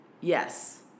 Yes